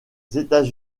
états